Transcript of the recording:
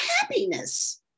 happiness